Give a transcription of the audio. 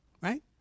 right